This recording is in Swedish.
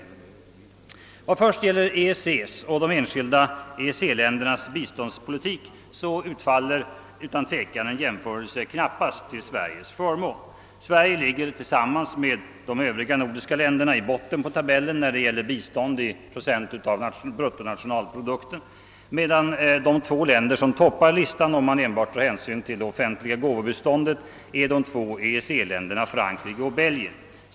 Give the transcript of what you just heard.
Vad först gäller EEC:s och de enskilda EEC-ländernas biståndspolitik, så utfaller en jämförelse knappast till Sveriges förmån. Sverige ligger tillsammans med de övriga nordiska länderna i botten på tabellen i fråga om bistånd i andel av bruttonationalprodukten, medan de två länder som toppar listan — om man enbart ser till offentliga gåvobistånd — är de två EEC-länderna Frankrike och Belgien.